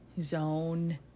zone